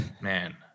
man